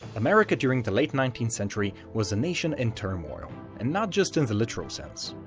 america during the late nineteenth century was a nation in turmoil and not just in the literal sense.